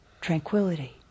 tranquility